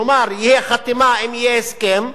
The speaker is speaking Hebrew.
כלומר תהיה חתימה אם יהיה הסכם,